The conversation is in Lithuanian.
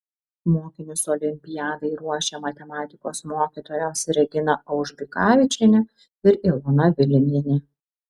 mokinius olimpiadai ruošė matematikos mokytojos regina aužbikavičienė ir ilona vilimienė